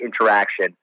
interaction